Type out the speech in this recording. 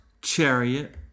chariot